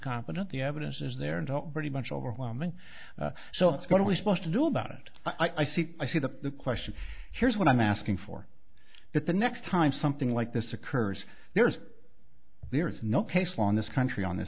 competent the evidence is there and all pretty much overwhelming so what are we supposed to do about it i think i see the question here's what i'm asking for it the next time something like this occurs there's there is no case law in this country on th